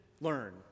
learn